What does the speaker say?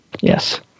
Yes